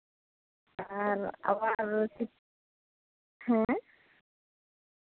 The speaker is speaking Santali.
ᱟᱨ ᱟᱵᱟᱨ ᱦᱮᱸ